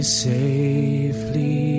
safely